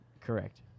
Correct